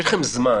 יש לכם זמן